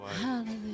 Hallelujah